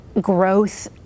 growth